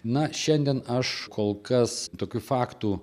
na šiandien aš kol kas tokių faktų